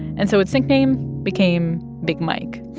and so its nickname became big mike.